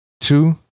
Two